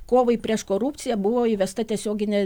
kovai prieš korupciją buvo įvesta tiesioginė